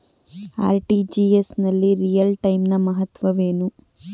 RTGS ನಲ್ಲಿ real time ನ ಮಹತ್ವವೇನು?